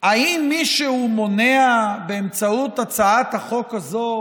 האם מישהו מונע באמצעות הצעת החוק הזו